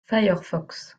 firefox